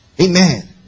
Amen